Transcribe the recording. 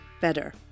Better